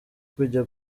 kujya